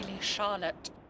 Charlotte